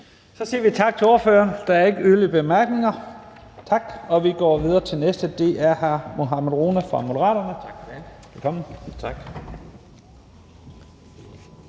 Så siger vi tak til ordføreren. Der er ikke yderligere korte bemærkninger. Tak. Vi går videre til den næste, og det er hr. Mohammad Rona fra Moderaterne. Velkommen. Kl.